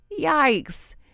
Yikes